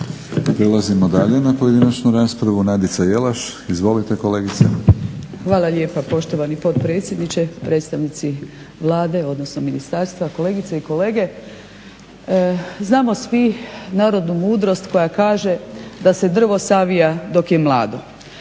Prelazimo dalje na pojedinačnu raspravu. Nadica Jelaš. Izvolite kolegice. **Jelaš, Nadica (SDP)** Hvala lijepa poštovani potpredsjedniče, predstavnici Vlade, odnosno ministarstva, kolegice i kolege. Znamo svi narodnu mudrost koja kaže da se drvo savija dok je mlado.